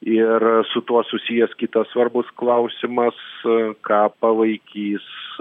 ir su tuo susijęs kitas svarbus klausimas ką palaikys